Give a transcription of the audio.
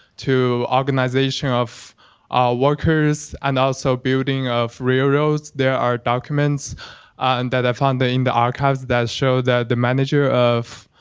to organization of workers and also building of railroads. there are documents and that are found in the archives that show that the manager of